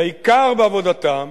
והעיקר בעבודתם